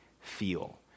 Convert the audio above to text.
feel